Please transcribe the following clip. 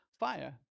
fire